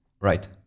Right